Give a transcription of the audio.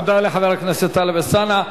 תודה לחבר הכנסת טלב אלסאנע.